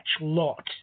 Lot